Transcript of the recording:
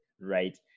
right